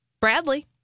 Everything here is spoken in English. Bradley